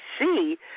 see